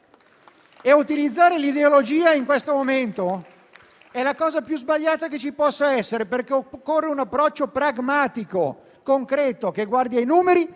e utilizzare l'ideologia in questo momento è la cosa più sbagliata che ci possa essere, perché occorre un approccio pragmatico e concreto, che guardi ai numeri,